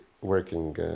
working